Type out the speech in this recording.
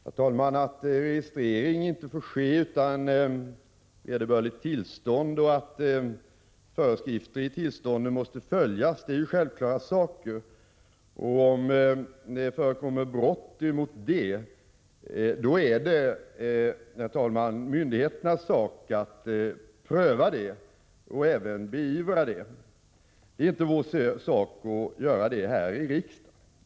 Herr talman! Att registrering inte får ske utan vederbörligt tillstånd och att föreskrifter i tillstånden måste följas är ju självklara saker. Förekommer ett brott härvidlag är det, herr talman, myndigheternas sak att pröva och även beivra brottet. Det är inte riksdagens sak att göra någonting.